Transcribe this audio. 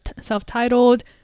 self-titled